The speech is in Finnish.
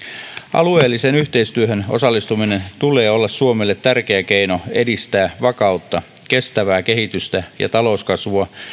alueelliseen yhteistyöhön osallistumisen tulee olla suomelle tärkeä keino edistää vakautta kestävää kehitystä ja talouskasvua